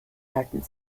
halten